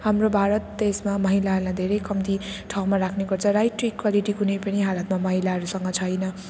हाम्रो भारत देशमा महिलाहरूलाई धेरै कम्ती ठाउँमा राख्ने गर्छ राइट टु इक्वालिटी कुनै पनि हालतमा महिलाहरूसँग छैन